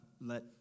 let